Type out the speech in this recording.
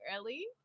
early